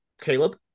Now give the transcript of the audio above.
Caleb